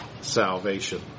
salvation